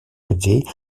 людей